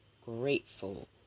grateful